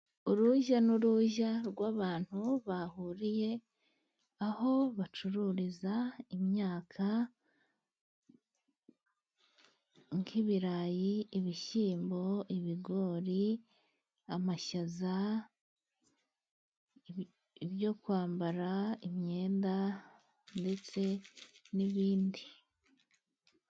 Urujya n'uruza rw'abantu bahuriye aho bacururiza imyaka nk'ibirayi, ibishyimbo, ibigori ,amashyaza, ibyo kwambara ,imyenda ndetse n'ibindi.